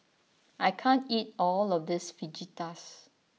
I can't eat all of this Fajitas